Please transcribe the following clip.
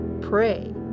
pray